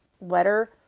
letter